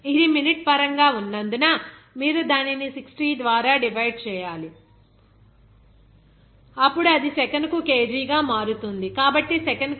ఇది మినిట్ పరంగా ఉన్నందున మీరు దానిని 60 ద్వారా డివైడ్ చేయాలి అప్పుడు అది సెకనుకు kg గా మారుతుంది కాబట్టి సెకనుకు 1